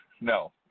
No